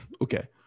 okay